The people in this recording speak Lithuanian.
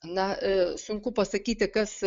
na sunku pasakyti kas